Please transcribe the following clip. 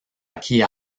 acquis